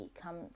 come